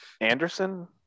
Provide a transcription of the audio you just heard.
Anderson